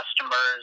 customers